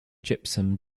gypsum